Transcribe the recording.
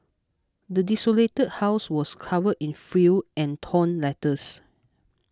the desolated house was covered in filth and torn letters